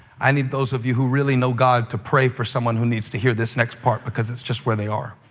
i need those of you who really know god to pray for someone who needs to hear this next part because it's where they are.